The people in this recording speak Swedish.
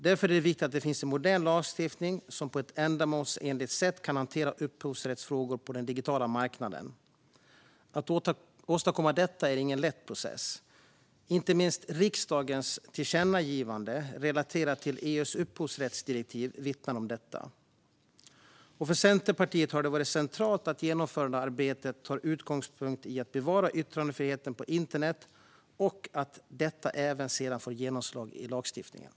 Därför är det viktigt att det finns en modern lagstiftning som på ett ändamålsenligt sätt kan hantera upphovsrättsfrågor på den digitala marknaden. Att åstadkomma detta är ingen lätt process. Inte minst riksdagens tillkännagivande relaterat till EU:s upphovsrättsdirektiv vittnar om detta. För Centerpartiet har det varit centralt att man i genomförandearbetet tar sin utgångspunkt i att bevara yttrandefriheten på internet och att detta sedan även får genomslag i lagstiftningen.